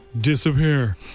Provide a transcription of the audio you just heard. disappear